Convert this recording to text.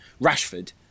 Rashford